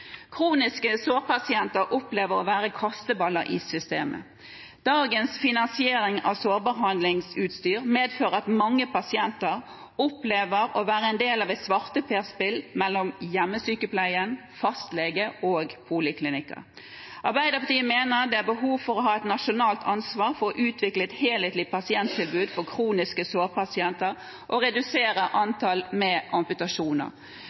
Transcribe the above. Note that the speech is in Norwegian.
Kroniske sårpasienter opplever å være kasteballer i systemet. Dagens finansiering av sårbehandlingsutstyr medfører at mange pasienter opplever å være en del av et svarteper-spill mellom hjemmesykepleien, fastlege og poliklinikker. Arbeiderpartiet mener det er behov for å ta et nasjonalt ansvar for å utvikle et helhetlig pasienttilbud for kroniske sårpasienter og redusere antallet amputasjoner.